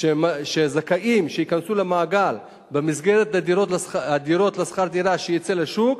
שהזכאים שייכנסו למעגל במסגרת הדירות לשכר דירה שיצאו לשוק,